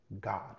God